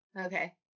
okay